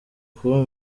kuba